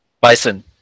Bison